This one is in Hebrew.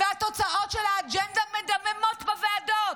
והתוצאות של האג'נדה מדממות בוועדות.